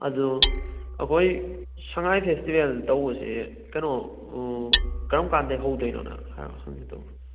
ꯑꯗꯣ ꯑꯩꯈꯣꯏ ꯁꯉꯥꯏ ꯐꯦꯁꯇꯤꯚꯦꯜ ꯇꯧꯕꯁꯦ ꯀꯩꯅꯣ ꯀꯔꯝꯀꯥꯟꯗꯩ ꯍꯧꯗꯣꯏꯅꯣꯅ ꯍꯥꯏꯔꯞ ꯍꯪꯒꯦ ꯇꯧꯕ